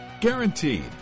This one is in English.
Guaranteed